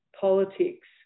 politics